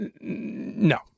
No